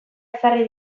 ezarri